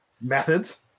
methods